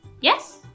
Yes